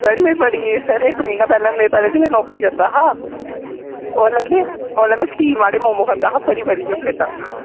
sir में बड़ी इक्क म्हीना पैह्ले जेह्ड़ी में नौकरी करदा हा ओल्लै में स्टीम आह्ले मोमो खंदा हा भरी भरियै प्लेटां